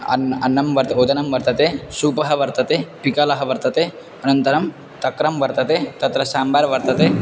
अन्नं अन्नं वर्तते ओदनं वर्तते सूपः वर्तते पिकालः वर्तते अनन्तरं तक्रं वर्तते तत्र साम्बार् वर्तते